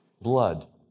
blood